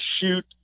shoot